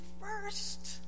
first